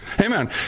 Amen